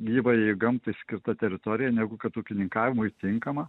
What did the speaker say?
gyvajai gamtai skirta teritorija negu kad ūkininkavimui tinkama